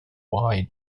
wye